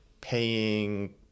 paying